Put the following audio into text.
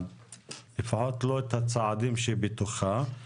לפחות לא את הצעדים שבתוכה.